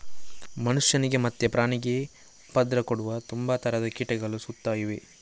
ಮನುಷ್ಯನಿಗೆ ಮತ್ತೆ ಪ್ರಾಣಿಗೆ ಉಪದ್ರ ಕೊಡುವ ತುಂಬಾ ತರದ ಕೀಟಗಳು ಸುತ್ತ ಇವೆ